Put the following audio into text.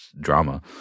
drama